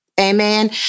Amen